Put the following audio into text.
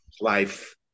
life